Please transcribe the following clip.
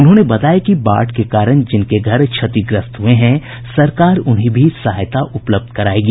उन्होंने बताया कि बाढ़ के कारण जिनके घर क्षतिग्रस्त हुये हैं सरकार उन्हें भी सहायता उपलब्ध करायेगी